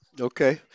okay